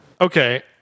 Okay